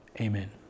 Amen